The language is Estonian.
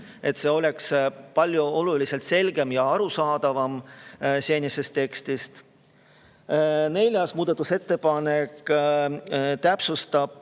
et see oleks oluliselt selgem ja arusaadavam kui senises tekstis. Neljas muudatusettepanek täpsustab,